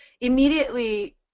immediately